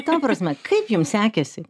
ta prasme kaip jums sekėsi